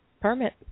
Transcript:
permit